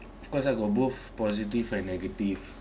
because I got both positive and negative